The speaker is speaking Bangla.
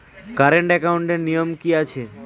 কারেন্ট একাউন্টের নিয়ম কী আছে?